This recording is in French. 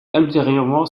ultérieurement